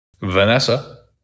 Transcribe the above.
Vanessa